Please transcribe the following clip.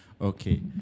Okay